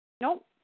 Nope